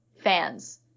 fans